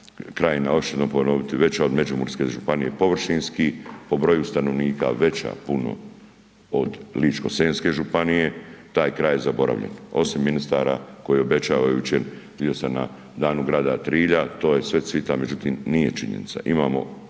krajina, još ću jednom ponoviti, veća od međumurske županije površinski, po broju stanovnika veća puno od ličko-senjske županije, taj kraj je zaboravljen, osim ministara koji obećavajućem, vidio sam na danu grada Trilja, to je sve …/Govornik se ne